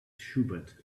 schubert